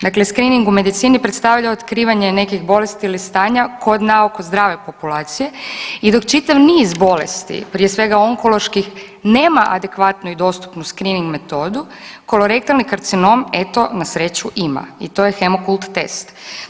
Dakle, skrining u medicini predstavlja otkrivanje nekih bolesti ili stanja kod na oko zdrave populacije i dok čitav niz bolesti prije svega onkoloških nema adekvatnu i dostupnu skrining metodu kolorektalni karcinom eto na sreću ima i to je hemokult test.